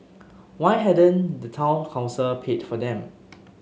why hadn't the town council paid for them